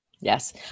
Yes